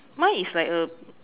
mine is like a